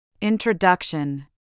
Introduction